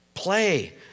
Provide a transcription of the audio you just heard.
play